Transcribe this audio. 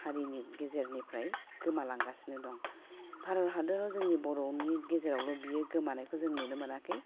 हारिनि गेजेरनिफ्राय गोमालांगासिनो दं भारत हादराव जोंनि बर'नि गेजेरावल' बियो गोमानायखौ जों नुनो मोनाखै